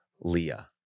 Leah